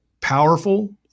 powerful